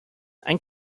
and